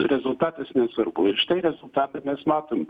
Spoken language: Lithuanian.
rezultatas nesvarbu ir štai rezultatą mes matom